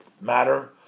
matter